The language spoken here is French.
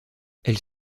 elles